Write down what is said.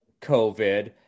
COVID